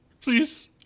Please